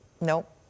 Nope